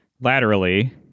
laterally